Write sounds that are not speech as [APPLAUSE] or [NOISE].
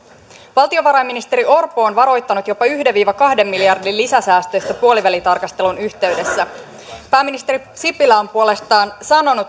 valtiovarainministeri orpo on varoittanut jopa yhden viiva kahden miljardin lisäsäästöistä puolivälitarkastelun yhteydessä pääministeri sipilä on puolestaan sanonut [UNINTELLIGIBLE]